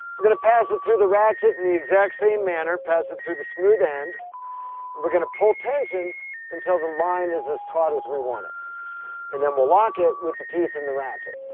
we're going to pass it through the ratchet in the exact same manner. pass it through the smooth end and we're going to pull tension until the line is as taut as we want, it and then we'll lock it with the teeth in the ratchet.